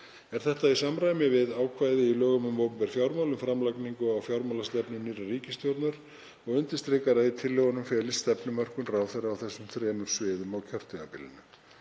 Er þetta í samræmi við ákvæði í lögum um opinber fjármál um framlagningu á fjármálastefnu nýrrar ríkisstjórnar og undirstrikar að í tillögunum felist stefnumörkun ráðherra á þessum þremur sviðum á kjörtímabilinu.